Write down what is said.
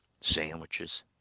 sandwiches